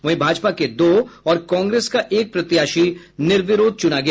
वहीं भाजपा के दो और कांग्रेस का एक प्रत्याशी निर्विरोध चुना गया